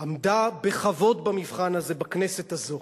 עמדה בכבוד במבחן הזה בכנסת הזאת.